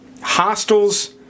Hostels